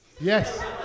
Yes